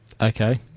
Okay